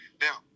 Now